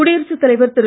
குடியரசுத் தலைவர் திரு